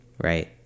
Right